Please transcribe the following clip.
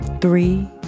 three